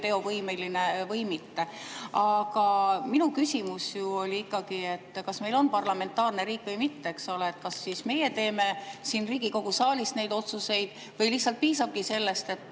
teovõimeline. Aga minu küsimus ju oli ikkagi, kas meil on parlamentaarne riik või mitte. Kas siis meie teeme siin Riigikogu saalis otsuseid või lihtsalt piisabki sellest, et,